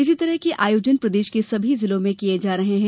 इसी तरह के आयोजन प्रदेश के सभी जिलों में किये जा रहे है